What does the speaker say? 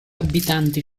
abitanti